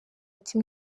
ati